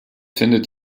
findet